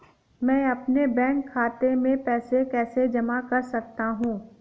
मैं अपने बैंक खाते में पैसे कैसे जमा कर सकता हूँ?